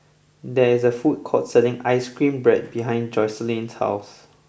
there is a food court selling Ice Cream Bread behind Jocelynn's house